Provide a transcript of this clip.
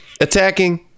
attacking